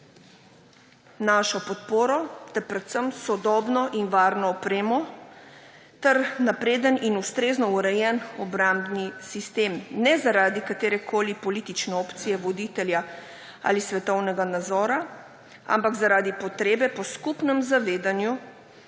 našo podporo ter predvsem sodobno in varno opremo ter napreden in ustrezno urejen obrambni sistem. Ne zaradi katerekoli politične opcije voditelja ali svetovnega nazora, ampak zaradi potrebe po skupnem zavedanju,